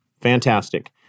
Fantastic